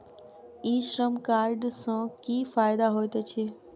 ई श्रम कार्ड सँ की फायदा होइत अछि?